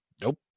nope